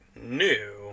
new